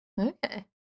Okay